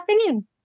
afternoon